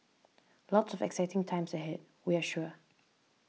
lots of exciting times ahead we're sure